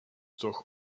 durch